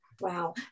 Wow